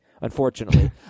unfortunately